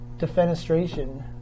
Defenestration